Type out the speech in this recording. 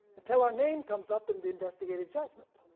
until our name comes up in the investigative judgment.